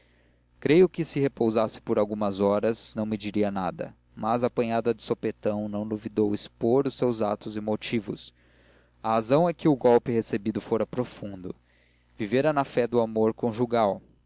creio que se repousasse por algumas horas não me diria nada mas apanhada de supetão não duvidou expor os seus atos e motivos a razão é que o golpe recebido fora profundo vivera na fé do amor conjugal